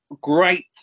great